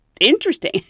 interesting